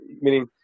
meaning